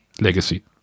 Legacy